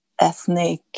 ethnic